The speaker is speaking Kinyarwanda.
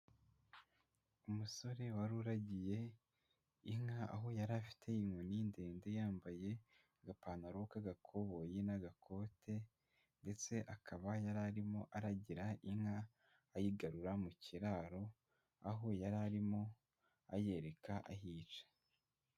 Umusore wari uragiye inka aho yari afite inkoni ndende, yambaye agapantaro k'agakoboyi n'agakote, ndetse akaba yari arimo aragira inka ayigarura mu kiraro, aho yari arimo ayereka aho ica.